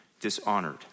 dishonored